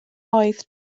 oedd